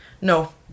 No